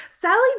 Sally